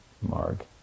Marg